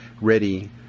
ready